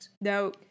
no